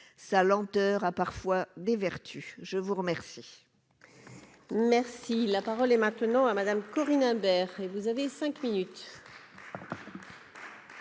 sa lenteur a parfois des vertus, je vous remercie. Merci, la parole est maintenant à Madame Corinne Imbert et vous avez 5 minutes.